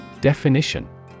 Definition